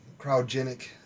cryogenic